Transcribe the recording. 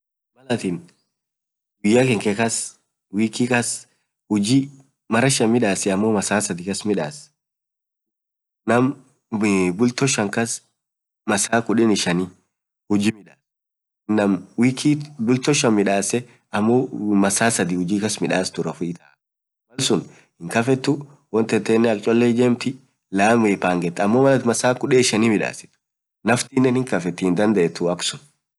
malatiin atin guyaa kenkee kass wikii kass ujii maraa shan midasii amo masaa sadii midass naam bulto shan kass masaa kudenii shanii midass.nam guyya shan midasee masaa sadi midass duraa fudedaamalsun hinkafetuu woantantee akdasa midafetaa amoo malatin masaa kudeni shanii midasit naftinen hinkafetii akksun.